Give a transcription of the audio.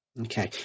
Okay